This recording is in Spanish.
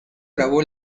grabó